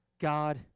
God